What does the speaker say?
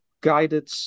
guided